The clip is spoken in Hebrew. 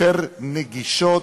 יותר נגישות.